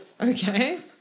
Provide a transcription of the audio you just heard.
Okay